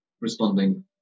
responding